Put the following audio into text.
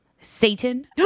Satan